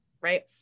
right